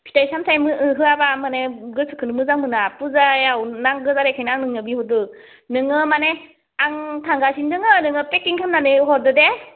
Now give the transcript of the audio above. फिथाइ सामथाय होआब्ला माने गोसोखोनो मोजां मोना फुजायाव नांगौ जानायखाय आं नोंनाव बिहरदो नोङो माने आं थांगासिनो दोङो नोङो पेकिं खामनानै हरदो दे